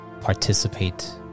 participate